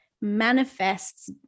manifests